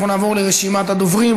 אנחנו נעבור לרשימת הדוברים.